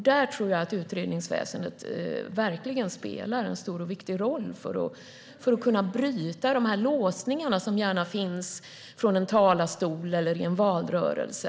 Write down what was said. Där tror jag att utredningsväsendet spelar en stor och viktig roll, för att kunna bryta låsningar som lätt finns i en talarstol eller en valrörelse.